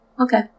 okay